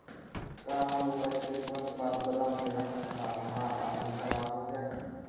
का हम उपज के तुरंत बाद गोदाम में रखम त हमार आलू खराब हो जाइ?